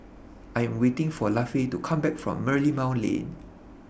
I Am waiting For Lafe to Come Back from Merlimau Lane